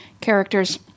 characters